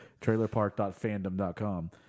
trailerpark.fandom.com